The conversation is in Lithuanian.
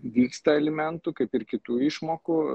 vyksta alimentų kaip ir kitų išmokų